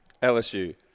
LSU